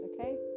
okay